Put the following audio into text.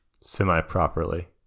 semi-properly